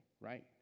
right